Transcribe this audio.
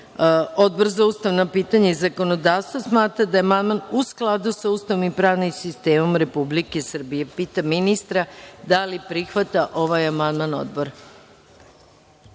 Odbor za ustavna pitanja i zakonodavstvo smatra da je amandman u skladu sa Ustavom i pravnim sistemom Republike Srbije. Pitam ministra da li prihvata ovaj amandman Odbora?